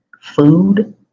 food